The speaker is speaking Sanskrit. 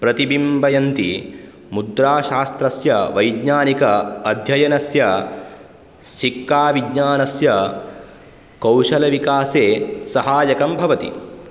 प्रतिबिम्बयन्ति मुद्राशास्त्रस्य वैज्ञानिक अध्ययनस्य सिक्काविज्ञानस्य कौशलविकासे सहायकं भवति